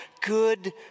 good